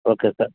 okay sir